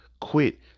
quit